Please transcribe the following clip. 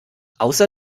außer